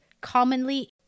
commonly